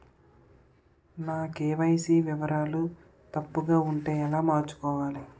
నా కే.వై.సీ వివరాలు తప్పుగా ఉంటే ఎలా మార్చుకోవాలి?